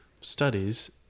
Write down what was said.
studies